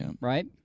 right